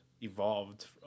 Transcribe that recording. evolved